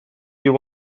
you